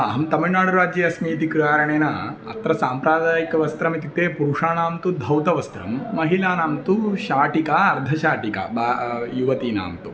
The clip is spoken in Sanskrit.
अहं तमिळ्नाडुराज्ये अस्मि इति कारणेन अत्र साम्प्रदायिकवस्त्रम् इत्युक्ते पुरुषाणां तु धौतवस्त्रं महिलानां तु शाटिका अर्धशाटिका वा युवतीनाम्